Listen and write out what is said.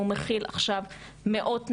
והוא מכיל עכשיו מאות נשים.